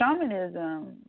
shamanism